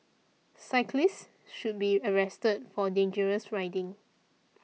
cyclist should be arrested for dangerous riding